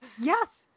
yes